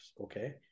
okay